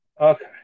Okay